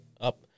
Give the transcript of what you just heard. up